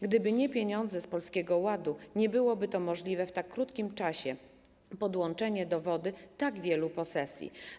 Gdyby nie pieniądze z Polskiego Ładu, nie byłoby możliwe w tak krótkim czasie podłączenie do wody tak wielu posesji.